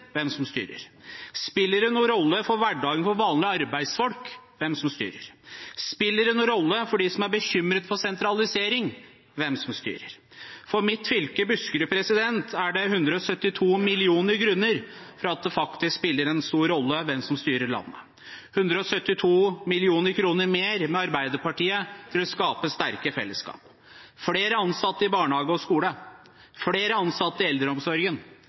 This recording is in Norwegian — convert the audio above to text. hvem som styrer? Spiller det noen rolle for hverdagen for vanlige arbeidsfolk hvem som styrer? Spiller det noen rolle for dem som er bekymret for sentralisering, hvem som styrer? For mitt fylke, Buskerud, er det 172 millioner grunner for at det faktisk spiller en stor rolle hvem som styrer landet – 172 mill. kr mer med Arbeiderpartiet for å skape sterke fellesskap: flere ansatte i barnehage og skole, flere ansatte i eldreomsorgen,